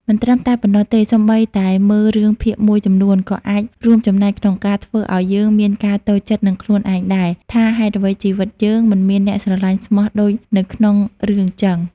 មិនត្រឹមតែប៉ុណ្ណោះទេសូម្បីតែមើលរឿងភាគមួយចំនួនក៏អាចរួមចំណែកក្នុងការធ្វើអោយយើងមានការតូចចិត្តនឹងខ្លួនឯងដែរ ថាហេតុអ្វីជីវិតខ្ញុំមិនមានអ្នកស្រលាញ់ស្មោះដូចនៅក្នុងរឿងចឹង ។